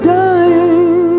dying